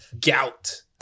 Gout